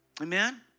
Amen